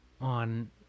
on